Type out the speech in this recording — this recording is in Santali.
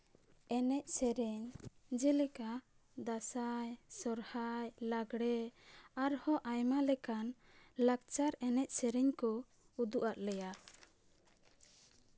ᱮᱱᱮᱡ ᱥᱮᱨᱮᱧ ᱡᱮᱞᱮᱠᱟ ᱫᱟᱸᱥᱟᱭ ᱥᱚᱦᱚᱨᱟᱭ ᱞᱟᱜᱽᱲᱮ ᱟᱨᱦᱚᱸ ᱟᱭᱢᱟ ᱞᱮᱠᱟᱱ ᱞᱟᱠᱪᱟᱨ ᱮᱱᱮᱡᱼᱥᱮᱨᱮᱧ ᱠᱚ ᱩᱫᱩᱜᱼᱟᱫ ᱞᱮᱭᱟ